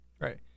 right